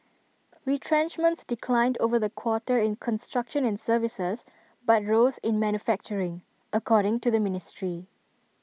retrenchments declined over the quarter in construction and services but rose in manufacturing according to the ministry